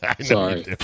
Sorry